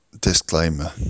disclaimer